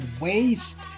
ways